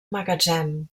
magatzem